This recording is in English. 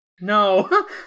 No